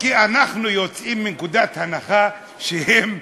כי אנחנו יוצאים מנקודת הנחה שהם